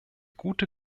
gute